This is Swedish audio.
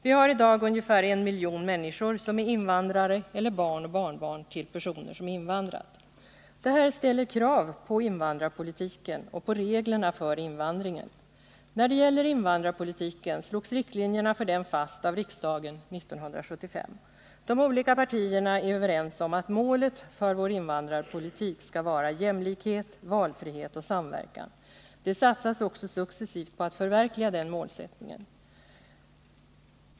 Vi har i dag ungefär 1 miljon människor som är invandrare eller barn och barnbarn till personer som har invandrat. Detta ställer krav på invandrarpolitiken och på reglerna för invandringen. För invandrarpolitiken slogs riktlinjerna fast av riksdagen 1975. De olika partierna är överens om att målet för vår invandrarpolitik skall vara jämlikhet, valfrihet och samverkan. Det satsas också successivt på att förverkliga den målsättningen.